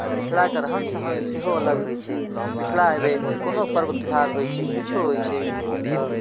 तऽ मिथिलाके रहन सहन सेहो अलग होइ छै मिथिला अयबै कोनो पर्व त्यौहार होइ छै किछो होइ छै तऽ